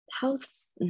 house